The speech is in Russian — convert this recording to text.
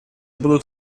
будут